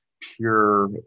pure